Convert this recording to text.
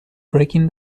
breaking